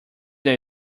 that